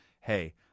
hey